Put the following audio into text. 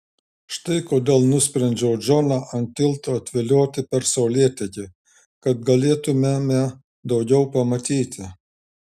štai kodėl nusprendžiau džoną ant tilto atvilioti per saulėtekį kad galėtumėme daugiau pamatyti